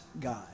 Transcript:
God